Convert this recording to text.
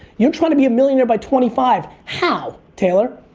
you're trying to be a millionaire by twenty five. how, taylor?